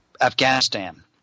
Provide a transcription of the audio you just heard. Afghanistan